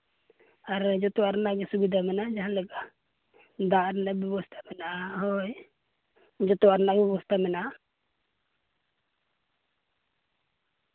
ᱟᱨ ᱡᱚᱛᱚᱣᱟᱜ ᱨᱮᱱᱟᱜ ᱜᱮ ᱥᱩᱵᱤᱫᱷᱟ ᱢᱮᱱᱟᱜᱼᱟ ᱡᱟᱦᱟᱸᱞᱮᱠᱟ ᱫᱟᱜ ᱨᱮᱱᱟᱜ ᱵᱮᱵᱚᱥᱛᱟ ᱢᱮᱱᱟᱜᱼᱟ ᱦᱳᱭ ᱡᱚᱛᱚᱣᱟᱜ ᱨᱮᱱᱟᱜ ᱜᱮ ᱵᱮᱵᱚᱥᱛᱟ ᱢᱮᱱᱟᱜᱼᱟ